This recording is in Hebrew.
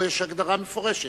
פה יש הגדרה מפורשת,